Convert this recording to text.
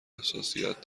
حساسیت